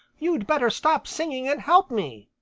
you'd better stop singing and help me,